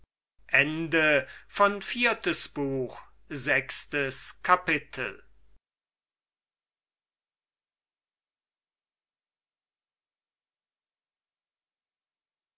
viertes buch erstes kapitel